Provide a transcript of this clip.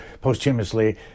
posthumously